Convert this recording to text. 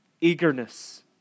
Eagerness